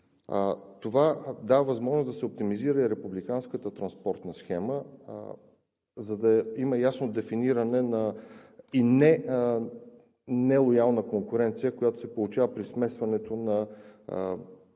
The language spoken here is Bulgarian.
Това дава възможност да се оптимизира и републиканската транспортна схема, за да има ясно дефиниране на нелоялна конкуренция, която се получава при смесването на отделните